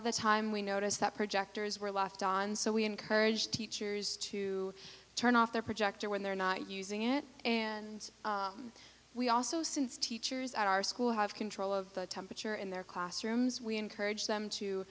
of the time we noticed that projectors were left on so we encourage teachers to turn off their projector when they're not using it and we also since teachers at our school have control of the temperature in their classrooms we encourage them to